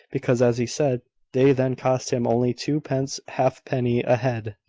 because, as he said, they then cost him only twopence-halfpenny a-head.